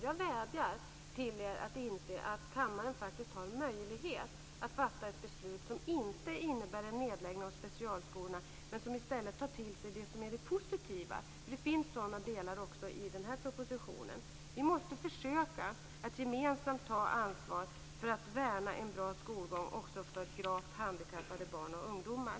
Jag vädjar till er att inse att kammaren faktiskt har möjlighet att fatta ett beslut som inte innebär en nedläggning av specialskolorna men som gör att man i stället tar till sig det som är positivt. Det finns sådana delar också i den här propositionen. Vi måste försöka att gemensamt ta ansvar för att värna en bra skolgång också för gravt handikappade barn och ungdomar.